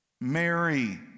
Mary